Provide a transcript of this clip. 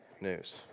News